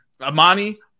Amani